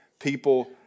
people